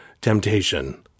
temptation